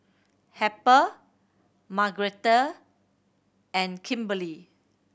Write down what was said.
Harper Margretta and Kimberlee